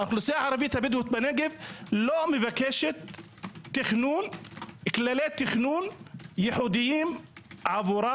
האוכלוסייה הערבית הבדואית בנגב לא מבקשת כללי תכנון ייחודיים עבורה.